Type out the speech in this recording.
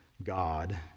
God